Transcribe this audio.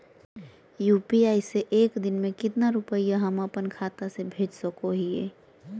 UPI से एक दिन में कितना रुपैया हम अपन खाता से भेज सको हियय?